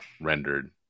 rendered